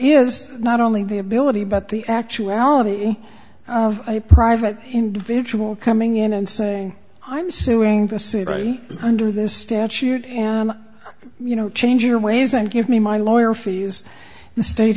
is not only the ability but the actuality of a private individual coming in and saying i'm suing the city brian under this statute and you know change your ways and give me my lawyer fees the sta